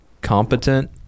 competent